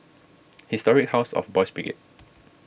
Historic House of Boys' Brigade